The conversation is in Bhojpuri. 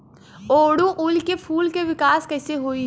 ओड़ुउल के फूल के विकास कैसे होई?